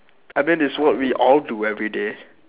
I mean it's what we all do everyday